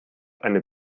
eine